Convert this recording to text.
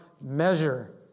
measure